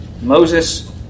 Moses